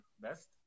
best